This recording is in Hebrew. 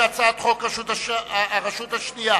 ההצעה להעביר את הצעת חוק הרשות השנייה